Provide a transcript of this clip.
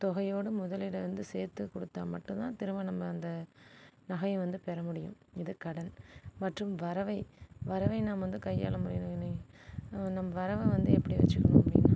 தொகையோடு முதலீடை வந்து சேர்த்து கொடுத்தா மட்டும் தான் திரும்ப நம்ம அந்த நகையை வந்து பெற முடியும் இது கடன் மற்றும் வரவை வரவை நம்ம வந்து கையாள நம் வரவ வந்து எப்படி வச்சுக்கணும் அப்படினா